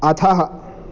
अधः